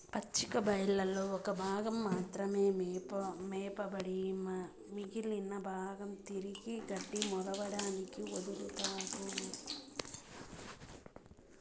పచ్చిక బయళ్లలో ఒక భాగం మాత్రమే మేపబడి మిగిలిన భాగం తిరిగి గడ్డి మొలవడానికి వదులుతారు